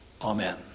Amen